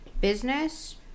business